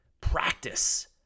practice